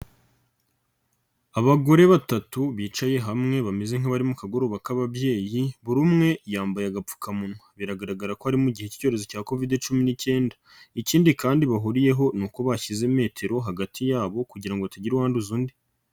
Abagore batatu bicaye hamwe bameze nk'abari mu kagoroba k'ababyeyi buri umwe yambaye agapfukamunwa, biragaragara ko ari mu gihe k'icyorezo cya Kovidi cumi n'ikenda, ikindi kandi bahuriyeho ni uko bashyize metero hagati yabo kugira ngo hatagira uwanduza undi.